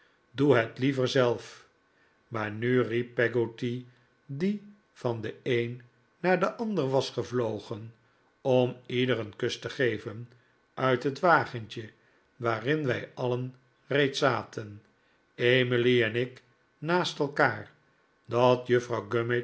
doe het liever zelf maar nu riep peggotty die van den een naar den ander was gevlogen om ieder een kus te geven uit het wagentje waarin wij alien reeds zaten emily en ik naast elkaar dat juffrouw